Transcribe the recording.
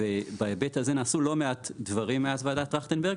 ובהיבט הזה נעשו לא מעט דברים מאז וועדת טרכטנברג,